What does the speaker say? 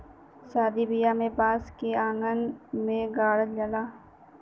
सादी बियाह में बांस के अंगना में गाड़ल जाला